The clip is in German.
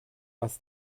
was